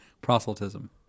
Proselytism